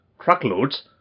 truckloads